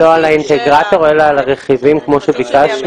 לא על האינטגרטור אלא על הרכיבים כמו שביקשנו.